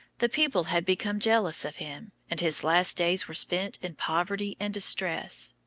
the people had become jealous of him, and his last days were spent in poverty and distress.